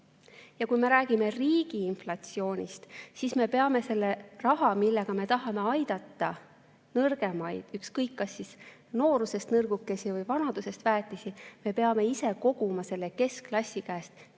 Ja kui me räägime riigi inflatsioonist, siis me peame selle raha, millega me tahame aidata nõrgemaid, ükskõik kas noorusest nõrgukesi või vanadusest väeteid, ise koguma oma keskklassi käest.